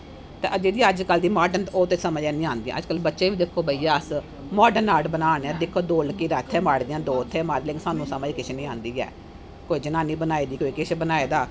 जेहड़ी अजकल दी मार्डन ओह् ते समझ है नी आंदी अजकल बच्चे बी दिक्खो भैया अस मार्डन आर्ट बना ने हा दिक्खो दो लकीरां इत्थे पाई दियां ना दो उत्थै मारी लेइयां सानू समझ किश नेई आंदी के कोई जनानी बनाई दी कोई किश बनाए दा